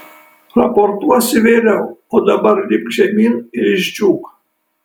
raportuosi vėliau o dabar lipk žemyn ir išdžiūk